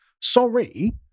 sorry